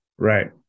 Right